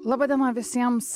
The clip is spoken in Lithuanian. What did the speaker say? laba diena visiems